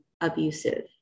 abusive